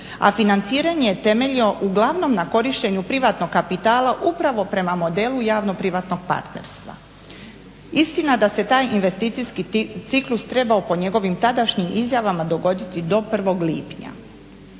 a financiranje je temeljio uglavnom na korištenju privatnog kapitala upravo prema modelu javno-privatnog partnerstva. Istina da se taj investicijski ciklus trebao po njegovim tadašnjim izjavama dogoditi do 1. lipnja.